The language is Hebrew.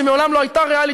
שמעולם לא הייתה ריאלית,